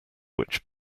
which